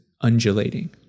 undulating